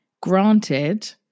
Granted